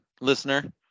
listener